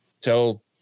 tell